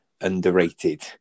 underrated